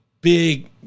big